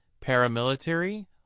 paramilitary